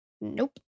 Nope